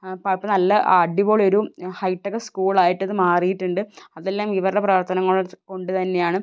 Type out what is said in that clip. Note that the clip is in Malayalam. ഇപ്പോൾ നല്ല അടിപൊളി ഒരു ഹൈടെക് സ്കൂൾ ആയിട്ട് ഇത് മാറിയിട്ടുണ്ട് അതെല്ലാം ഇവരുടെ പ്രവർത്തനം കൊണ്ടുതന്നെയാണ്